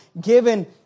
given